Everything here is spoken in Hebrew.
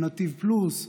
על נתיב פלוס,